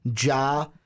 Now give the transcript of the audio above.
Ja